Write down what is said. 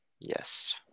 Yes